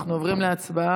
אנחנו עוברים להצבעה.